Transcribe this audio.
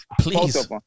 Please